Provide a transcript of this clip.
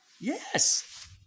Yes